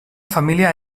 família